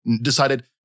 decided